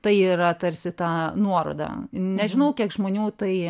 tai yra tarsi ta nuoroda nežinau kiek žmonių tai